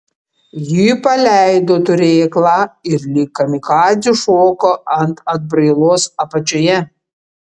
ji paleido turėklą ir lyg kamikadzė šoko ant atbrailos apačioje